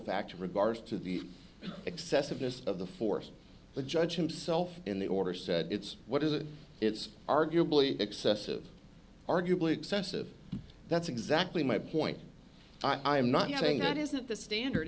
fact regards to the excessiveness of the force the judge himself in the order said it's what is it it's arguably excessive arguably excessive that's exactly my point i'm not saying that isn't the standard